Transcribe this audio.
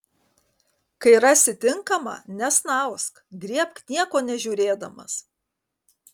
kai rasi tinkamą nesnausk griebk nieko nežiūrėdamas